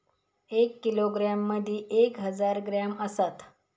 एक किलोग्रॅम मदि एक हजार ग्रॅम असात